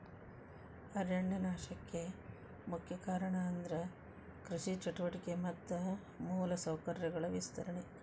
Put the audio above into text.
ಅರಣ್ಯ ನಾಶಕ್ಕೆ ಮುಖ್ಯ ಕಾರಣ ಅಂದ್ರ ಕೃಷಿ ಚಟುವಟಿಕೆ ಮತ್ತ ಮೂಲ ಸೌಕರ್ಯಗಳ ವಿಸ್ತರಣೆ